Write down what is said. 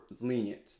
lenient